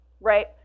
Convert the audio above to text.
right